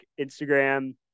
Instagram